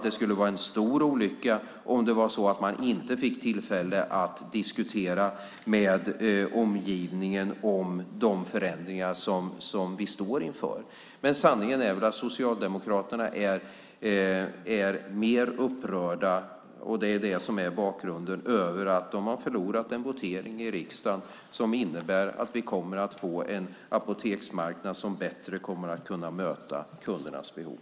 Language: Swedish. Det skulle vara en stor olycka om man inte fick tillfälle att diskutera med omgivningen om de förändringar vi står inför. Sanningen är väl att Socialdemokraterna är mer upprörda över, och det är bakgrunden, att de har förlorat en votering i riksdagen. Det innebär att vi kommer att få en apoteksmarknad som bättre kommer att kunna möta kundernas behov.